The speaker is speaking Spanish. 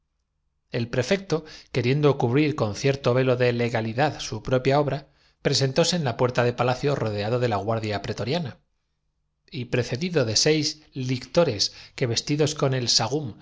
el prefecto queriendo cubrir con cierto velo de le menos los gladiadores los bestiarios los secutores y los galidad su propia obra presentóse en la puerta de palacio rodeado de la guardia pretoriana y precedido culo de las bestias feroces desgarrando entre los de seis lictores que vestidos con el